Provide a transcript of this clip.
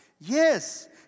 Yes